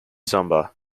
sombre